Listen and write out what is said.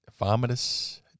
Vomitus